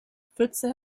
pfütze